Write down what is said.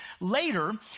Later